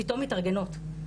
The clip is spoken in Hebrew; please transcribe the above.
פתאום מתארגנות,